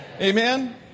Amen